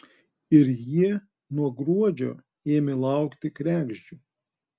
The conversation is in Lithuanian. ir jie nuo gruodžio ėmė laukti kregždžių